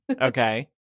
Okay